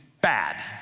bad